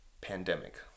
pandemic